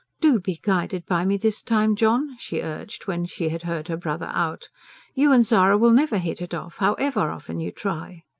do be guided by me this time, john, she urged, when she had heard her brother out you and zara will never hit it off, however often you try.